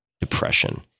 depression